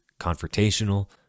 confrontational